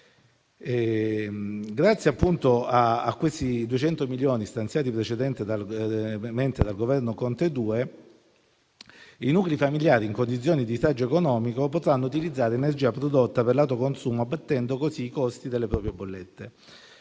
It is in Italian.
Grazie appunto ai 200 milioni stanziati precedentemente dal Governo Conte 2, i nuclei familiari in condizioni di disagio economico potranno utilizzare l'energia prodotta per l'autoconsumo, abbattendo così i costi delle proprie bollette.